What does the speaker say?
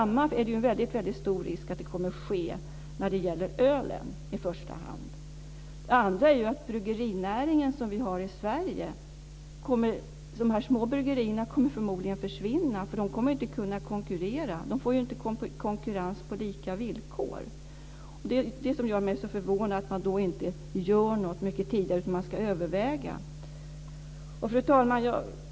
Det finns en väldigt stor risk att samma sak kommer att ske när det gäller i första hand ölet. När det gäller bryggerinäringen i Sverige så kommer de små bryggerierna förmodligen att försvinna. De kommer inte att kunna konkurrera eftersom det inte blir konkurrens på lika villkor. Det är detta som gör mig så förvånad - att man inte gör något mycket tidigare, utan att man ska överväga. Fru talman!